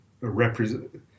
represent